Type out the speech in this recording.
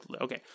Okay